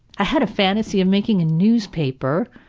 i had a fantasy of making a newspaper.